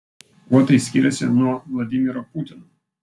kuo tai skiriasi nuo vladimiro putino